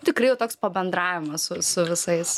tikrai jau toks pabendravimas su su visais